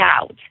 out